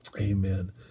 Amen